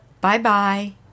Bye-bye